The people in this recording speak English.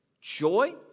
joy